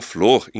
Flor